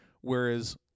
Whereas